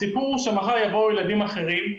הסיפור הוא שמחר יבואו ילדים אחרים,